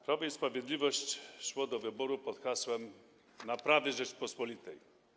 Prawo i Sprawiedliwość szło do wyborów pod hasłem naprawy Rzeczypospolitej.